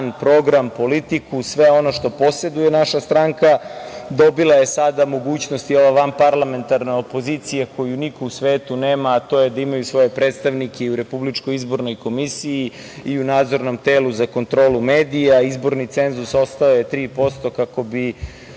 program, politiku i sve ono što poseduje naša stranka. Dobila je sada mogućnost i ova vanparlamentarna opozicija koju niko u svetu nema, a to je da imaju svoje predstavnike i u Republičkoj izbornoj komisiji i u Nadzornom telu za kontrolu medija. Izborni cenzus ostao je 3% kako bi